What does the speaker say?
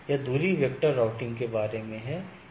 यह distance vector routing के बारे में है